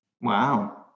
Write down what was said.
Wow